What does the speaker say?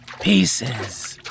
pieces